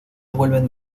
vuelven